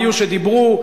היו שדיברו,